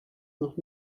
noch